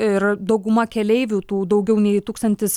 ir dauguma keleivių tų daugiau nei tūkstantis